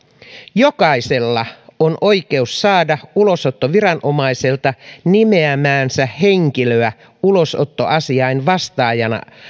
jokaisella on oikeus saada ulosottoviranomaiselta nimeämäänsä henkilöä ulosottoasian vastaajana